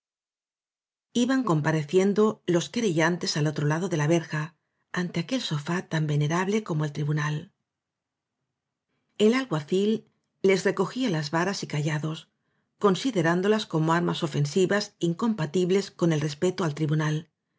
iban compareciendo los querellantes al otro lado ele la verja ante aquel sofá tan venerable como el tribunal el alguacil les recogía las varas y cayados considerándolas como armas ofensivas incom patibles con el respeto al tribunal